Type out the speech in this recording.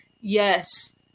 yes